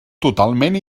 totalment